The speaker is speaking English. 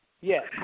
Yes